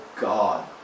God